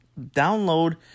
download